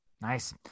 nice